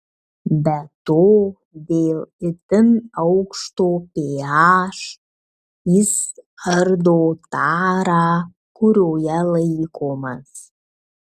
be to dėl itin aukšto ph jis ardo tarą kurioje laikomas